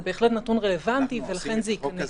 זה בהחלט נתון רלוונטי ולכן זה ייכנס.